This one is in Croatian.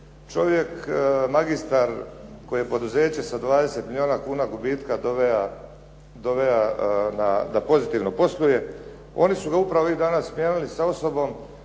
čovjek, magistar koji je poduzeće sa 20 milijuna gubitka doveja da pozitivno posluje. Oni su ga upravo ovih dana smijenili sa osobom